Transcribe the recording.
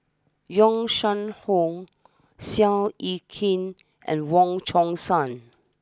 Yong Shu Hoong Seow Yit Kin and Wong Chong Sai